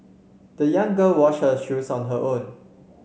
the young girl wash her shoes on her own